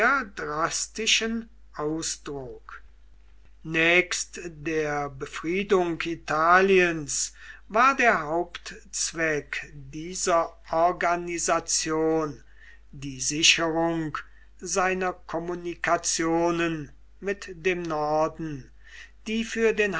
gewöhnlich heißt nächst der befriedung italiens war der hauptzweck dieser organisation die sicherung seiner kommunikationen mit dem norden die für den